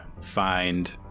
find